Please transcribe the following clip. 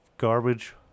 garbage